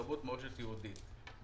תרבות מורשת יהודית.